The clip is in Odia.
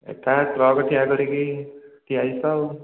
ଏଇଟା ଟ୍ରକ୍ ଠିଆ କରିକି ଠିଆ ହୋଇଛି ତ ଆଉ